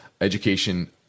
education